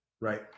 Right